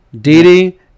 Didi